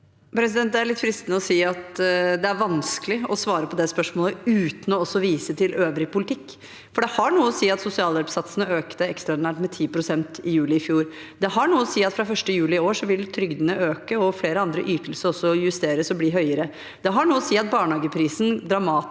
Det er litt fristen- de å si at det er vanskelig å svare på det spørsmålet uten også å vise til øvrig politikk, for det har noe å si at sosialhjelpssatsene økte ekstraordinært med 10 pst. i juli i fjor. Det har noe å si at fra 1. juli i år vil trygdene øke og flere andre ytelser også justeres og bli høyere. Det har noe å si at barnehageprisen er